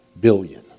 billion